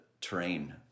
terrain